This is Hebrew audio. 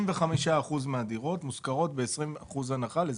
25% מהדירות מושכרות ב-20% הנחה לזכאים.